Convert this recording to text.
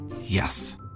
Yes